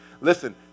Listen